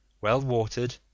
well-watered